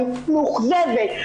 אני מאוכזבת,